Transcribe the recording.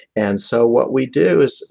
and so what we do is,